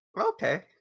Okay